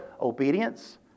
obedience